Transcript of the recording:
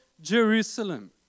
Jerusalem